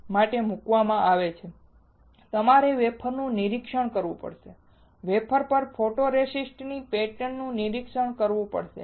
અંતે તમારે વેફરનું નિરીક્ષણ કરવું પડશે અને વેફર પર ફોટોરેસિસ્ટની પેટર્ન નું નિરીક્ષણ કરવું પડશે